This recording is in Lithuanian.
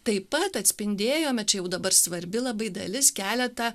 taip pat atspindėjome čia jau dabar svarbi labai dalis keletą